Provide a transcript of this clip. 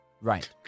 Right